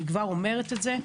אני כבר אומרת את זה,